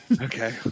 Okay